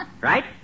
Right